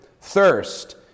thirst